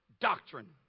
Doctrine